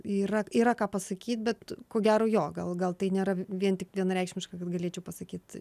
yra yra ką pasakyt bet ko gero jo gal gal tai nėra vien tik vienareikšmiška kad galėčiau pasakyt